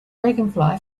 dragonfly